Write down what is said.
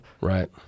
Right